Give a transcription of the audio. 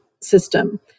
system